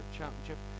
Championship